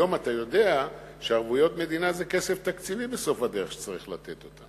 היום אתה יודע שבסוף הדרך ערבויות מדינה זה כסף תקציבי שצריך לתת.